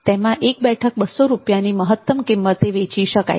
તેમાં એક બેઠક 200 રૂપિયાની મહત્તમ કિંમતે વેચી શકાય